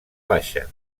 baixa